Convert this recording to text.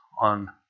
on